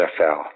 NFL